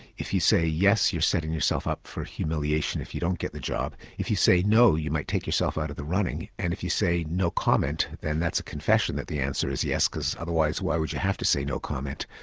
if you say yes you're setting yourself up for humiliation if you don't get the job, if you say no you might take yourself out of the running, and if you say no comment then that's a confession that the answer is yes because otherwise why would you have to say no comment.